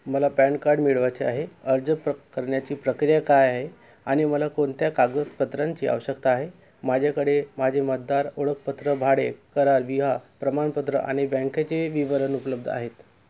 मला PAN card मिळवायचे आहे अर्ज प्र करण्याची प्रक्रिया काय आहे आणि मला कोणत्या कागदपत्रांची आवश्यकता आहे माझ्याकडे माझे मतदार ओळखपत्र भाडे कार विवाह प्रमाणपत्र आणि बँकेचे विवरण उपलब्ध आहेत